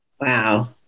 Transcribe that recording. Wow